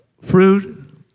fruit